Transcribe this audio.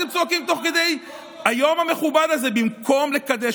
למה אתם צועקים ביום המכובד הזה במקום לקדש